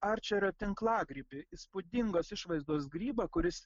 arčerio tinklagrybį įspūdingos išvaizdos grybą kuris